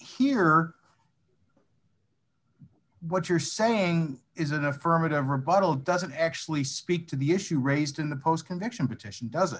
or what you're saying is an affirmative rebuttal doesn't actually speak to the issue raised in the post conviction petition does